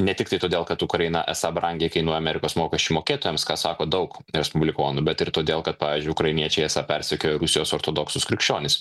ne tiktai todėl kad ukraina esą brangiai kainuoja amerikos mokesčių mokėtojams ką sako daug respublikonų bet ir todėl kad pavyzdžiui ukrainiečiai esą persekioja rusijos ortodoksus krikščionis